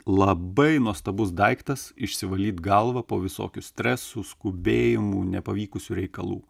labai nuostabus daiktas išsivalyt galvą po visokių stresų skubėjimų nepavykusių reikalų